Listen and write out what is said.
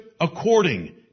according